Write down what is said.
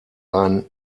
ein